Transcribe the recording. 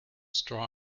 straw